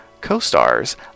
co-stars